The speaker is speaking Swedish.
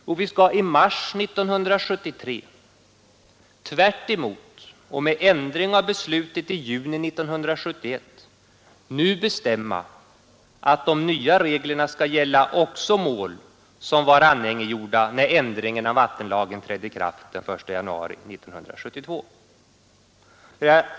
Jo, vi skall i mars 1973 — tvärtemot och med ändring av beslutet i juni 1971 — nu bestämma att de nya reglerna skall gälla även mål som var anhängiggjorda när ändringen av vattenlagen trädde i kraft den 1 januari 1972.